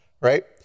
right